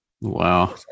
Wow